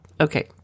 Okay